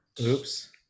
Oops